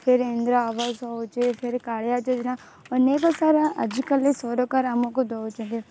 ଫିର୍ ଇନ୍ଦିରା ଆବାସ ହେଉଛି ଫିର୍ କାଳିଆ ଯୋଜନା ଅନେକ ସାରା ଆଜିକାଲି ସରକାର ଆମକୁ ଦଉଛନ୍ତି